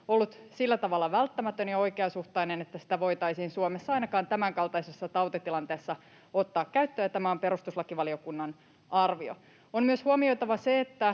ollut sillä tavalla välttämätön ja oikeasuhtainen, että sitä voitaisiin Suomessa ainakaan tämänkaltaisessa tautitilanteessa ottaa käyttöön. Tämä on perustuslakivaliokunnan arvio. On myös huomioitava se,